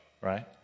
right